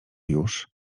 już